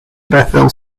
bethel